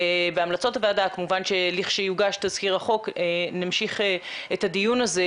והמלצות הוועדה כמובן לכשיוגש תזכיר החוק נמשיך את הדיון הזה.